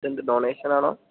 ഇന്തെന്ത് ഡൊനേഷനാണോ